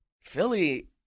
Philly –